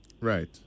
Right